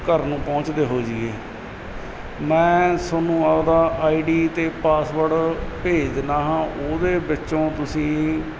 ਘਰ ਨੂੰ ਪਹੁੰਚਦੇ ਹੋ ਜਾਈਏ ਮੈਂ ਤੁਹਾਨੂੰ ਆਪਣਾ ਆਈ ਡੀ ਅਤੇ ਪਾਸਵਰਡ ਭੇਜ ਦਿੰਦਾ ਹਾਂ ਉਹਦੇ ਵਿੱਚੋਂ ਤੁਸੀਂ